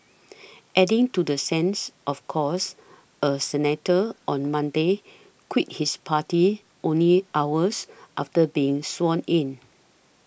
adding to the sense of chaos a senator on Monday quit his party only hours after being sworn in